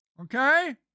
Okay